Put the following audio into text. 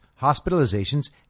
hospitalizations